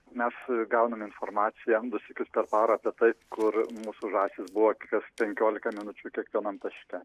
mes gauname informaciją du sykius per parą apie tai kur mūsų žąsys buvo kas penkiolika minučių kiekvienam taške